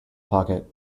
pocket